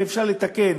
ואפשר לתקן,